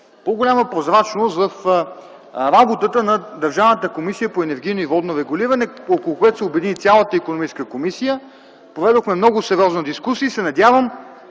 по-голяма прозрачност в работата на Държавната комисия за енергийно и водно регулиране, около което се обедини цялата Икономическа комисия. Проведохме много сериозна дискусия и се надявам